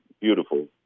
Beautiful